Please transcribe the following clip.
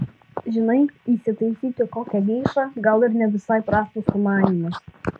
žinai įsitaisyti kokią geišą gal ir ne visai prastas sumanymas